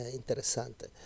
interessante